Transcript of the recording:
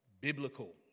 biblical